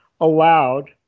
allowed